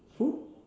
who